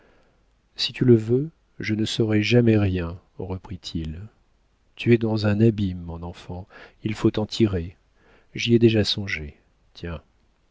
si tu le veux je ne saurai jamais rien reprit-il tu es dans un abîme mon enfant il faut t'en tirer j'y ai déjà songé tiens